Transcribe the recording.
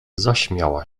zaśmiała